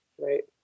Right